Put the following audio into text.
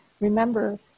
Remember